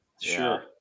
Sure